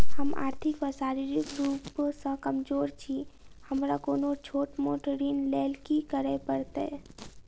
हम आर्थिक व शारीरिक रूप सँ कमजोर छी हमरा कोनों छोट मोट ऋण लैल की करै पड़तै?